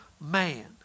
man